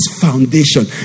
foundation